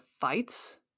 fights